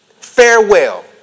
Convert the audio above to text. farewell